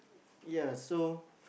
ya so